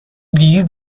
these